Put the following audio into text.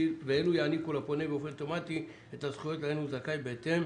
ואלו יעניקו לפונה באופן אוטומטי את הזכויות להן הוא זכאי בהתאם